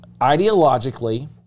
ideologically